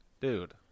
Dude